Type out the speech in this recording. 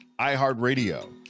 iHeartRadio